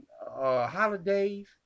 holidays